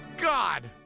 God